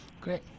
Great